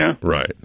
Right